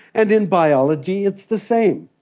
and in biology it's the same.